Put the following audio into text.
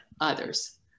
others